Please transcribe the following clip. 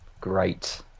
great